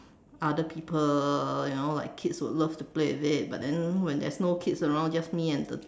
other people you know like kids will love to play with it but then when there's no kids around just me and the